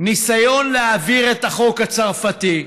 ניסיון להעביר את החוק הצרפתי,